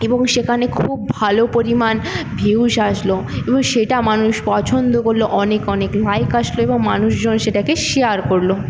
এবং সেখানে খুব ভালো পরিমাণ ভিউজ আসল এবং সেটা মানুষ পছন্দ করল অনেক অনেক লাইক আসল এবং মানুষজন সেটাকে শেয়ার করল